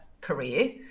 career